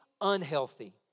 unhealthy